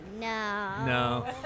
No